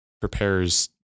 prepares